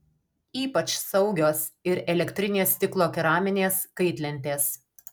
ypač saugios ir elektrinės stiklo keraminės kaitlentės